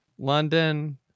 london